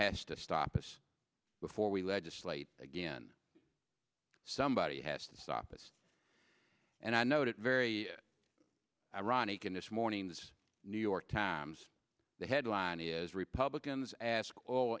has to stop us before we legislate again somebody has to stop us and i noted very ironic in this morning's new york times the headline is republicans ask